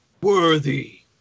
worthy